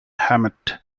hammett